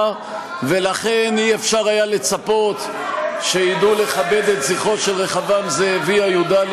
ולכן אי-אפשר לצפות שידעו לכבד את זכרו של רחבעם זאבי הי"ד.